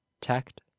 tact